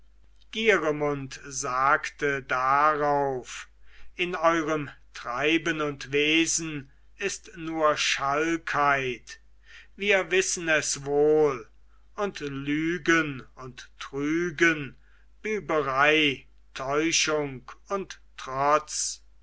gieremund sagte darauf in eurem treiben und wesen ist nur schalkheit wir wissen es wohl und lügen und trügen büberei täuschung und trotz